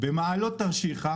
במעלות תרשיחא